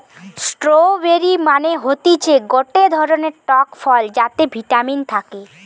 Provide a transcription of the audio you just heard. strawberry মানে হতিছে গটে ধরণের টক ফল যাতে ভিটামিন থাকে